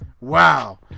Wow